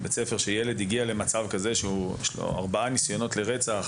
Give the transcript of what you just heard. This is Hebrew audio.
ילד שמגיע למצב כזה שיש לו ארבעה ניסיונות לרצח,